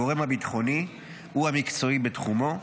הגורם הביטחוני הוא המקצועי בתחומו,